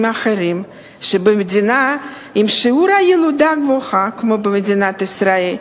אחרים שבמדינה עם שיעור ילודה גבוה כמו מדינת ישראל,